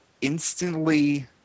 instantly